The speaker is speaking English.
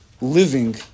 living